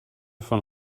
von